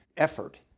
Effort